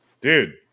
dude